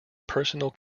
personal